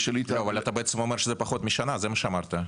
אבל אתה בעצם אומר שזה פחות משנה, זה מה שאמרת.